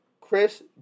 Chris